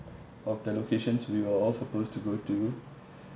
of the locations we were all supposed to go to